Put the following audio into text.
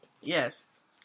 Yes